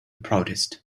protest